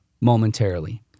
momentarily